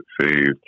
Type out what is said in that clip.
saved